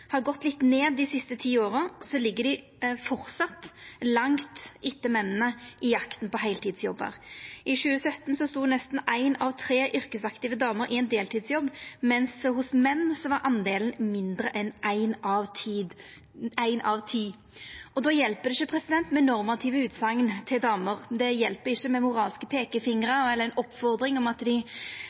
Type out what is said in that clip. har gått litt ned dei siste ti åra, ligg dei framleis langt etter mennene i jakta på heiltidsjobbar. I 2017 stod nesten éin av tre yrkesaktive damer i ein deltidsjobb, mens for menn var det mindre enn éin av ti. Då hjelper det ikkje med normative utsegner overfor damer, det hjelper ikkje med moralske peikefingrar eller ei oppfordring om